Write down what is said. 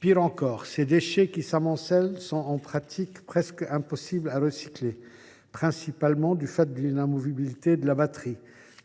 Pis : ces déchets, qui s’amoncellent, sont en pratique presque impossibles à recycler, principalement du fait de l’inamovibilité de leur batterie.